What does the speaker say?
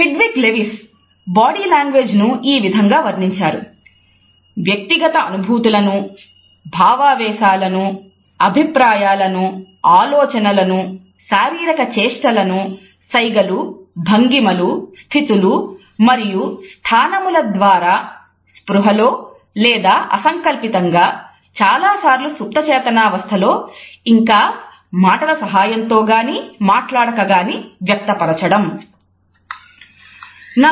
Hedwig Lewis body లాంగ్వేజ్ను ఈ విధంగా వర్ణించారు "వ్యక్తిగత అనుభూతులను భావావేశాలను అభిప్రాయాలను ఆలోచనలను శారీరకచేష్టలు సైగలు భంగిమలు స్థితులు మరియు స్థానముల ద్వారా స్పృహలో లేదా అసంకల్పితంగా చాలాసార్లు సుప్త చేతనావస్థలో ఇంకా మాటల సహాయంతో గాని మాట్లాడక గాని వ్యక్తపరచడం"